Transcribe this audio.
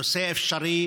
הנושא אפשרי